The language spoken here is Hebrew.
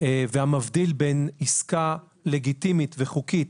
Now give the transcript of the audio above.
והמבדיל בין עסקה לגיטימית וחוקית